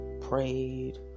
prayed